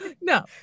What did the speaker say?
no